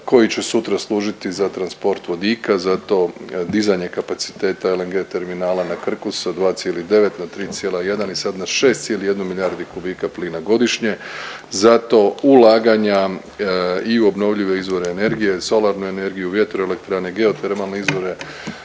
koji će sutra služiti za transport vodika. Zato dizanje kapaciteta LNG terminala na Krku sa 2,9 na 3,1 i sad na 6,1 milijardi kubika plina godišnje. Zato ulaganja i u obnovljive izvore energije, solarnu energiju, vjetroelektrane, geotermalne izvore,